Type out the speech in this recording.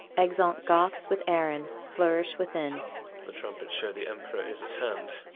exeunt goths with aaron. flourish within the trumpets show the emperor is at hand.